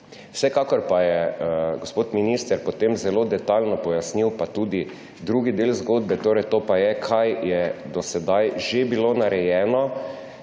Vsekakor pa je gospod minister potem zelo detajlno pojasnil tudi drugi del zgodbe, kaj je do sedaj že bilo narejeno